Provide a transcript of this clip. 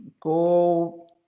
go